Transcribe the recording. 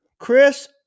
Chris